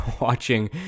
watching